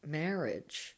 marriage